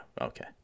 Okay